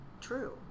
true